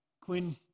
Quinn